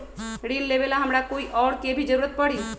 ऋन लेबेला हमरा कोई और के भी जरूरत परी?